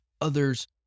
others